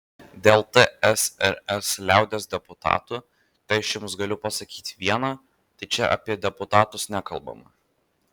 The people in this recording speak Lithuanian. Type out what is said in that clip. dėl tsrs liaudies deputatų tai aš jums galiu pasakyti viena tai čia apie deputatus nekalbama